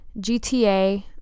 gta